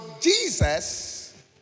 Jesus